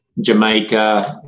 Jamaica